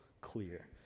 clear